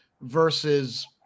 versus